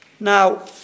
Now